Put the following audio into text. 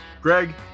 Greg